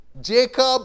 Jacob